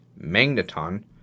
Magneton